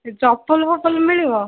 ଚପଲ ଫପଲ ମିଳିବ